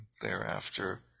thereafter